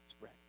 spread